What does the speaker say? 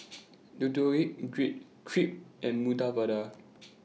Deodeok Gui Crepe and Medu Vada